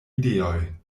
ideoj